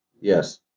Yes